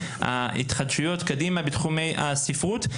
ההתחדשויות קדימה בתחומי הספרות.